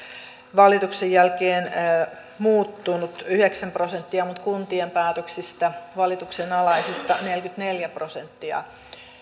valituksen jälkeen muuttunut yhdeksän prosenttia mutta kuntien valituksenalaisista päätöksistä neljäkymmentäneljä prosenttia